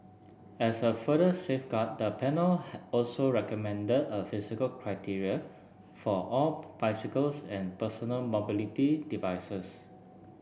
as a further safeguard the panel also recommended a physical criteria for all bicycles and personal mobility devices